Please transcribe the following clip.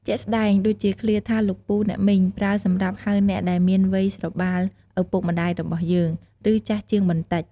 ជាក់ស្ដែង ដូចជាឃ្លាថា លោកពូ អ្នកមីង ប្រើសម្រាប់ហៅអ្នកដែលមានវ័យស្របាលឪពុកម្តាយរបស់យើង ឬចាស់ជាងបន្តិច។